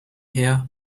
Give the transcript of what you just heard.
here